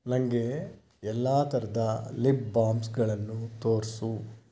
ನನಗೆ ಎಲ್ಲ ಥರದ ಲಿಪ್ ಬಾಮ್ಸ್ಗಳನ್ನು ತೋರಿಸು